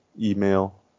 email